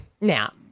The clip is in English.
now